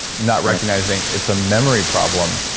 not recognizing it's a memory problem,